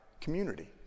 community